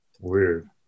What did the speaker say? Weird